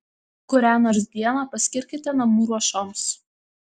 kurią nors dieną paskirkite namų ruošoms